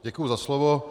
Děkuji za slovo.